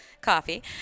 coffee